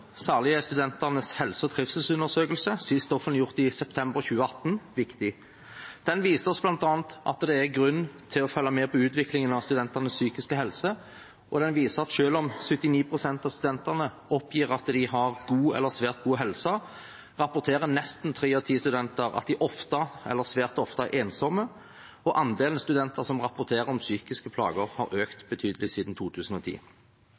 Særlig er Studentenes helse- og trivselsundersøkelse, sist offentliggjort i september 2018, viktig. Den viste oss bl.a. at det er grunn til å følge med på utviklingen av studentenes psykiske helse. Den viste at selv om 79 pst. av studentene oppgir at de har god eller svært god helse, rapporterer nesten tre av ti studenter at de ofte eller svært ofte er ensomme. Og andelen studenter som rapporterer om psykiske plager, har økt betydelig siden 2010.